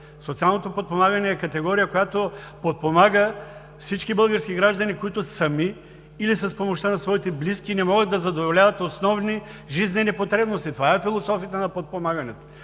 социалното подпомагане е категория, която подпомага всички български граждани, които сами или с помощта на своите близки не могат да задоволяват основни жизнени потребности – това е философията на подпомагането.